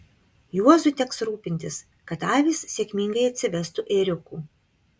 juozui teks rūpintis kad avys sėkmingai atsivestų ėriukų